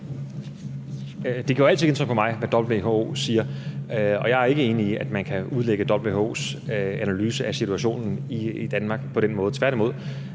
Det gør altid indtryk på mig, hvad WHO siger. Jeg er ikke enig i, at man kan udlægge WHO's analyse af situationen i Danmark på den måde.